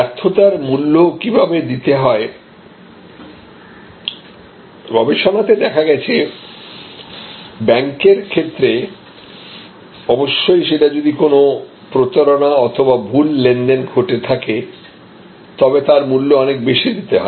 ব্যর্থতার মূল্য কিভাবে দিতে হয় গবেষণাতে দেখা গেছে ব্যাংকের ক্ষেত্রে অবশ্যই সেটা যদি কোন প্রতারণা অথবা ভুল লেনদেন ঘটে থাকে তবে তার মূল্য অনেক বেশি দিতে হয়